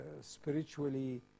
spiritually